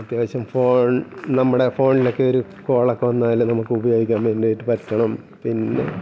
അത്യാവശ്യം ഫോൺ നമ്മുടെ ഫോണിലൊക്കെയൊരു കോളൊക്കെ വന്നാൽ നമുക്ക് ഉപയോഗിക്കാൻ വേണ്ടീട്ട് പറ്റണം പിന്നെ